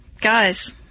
guys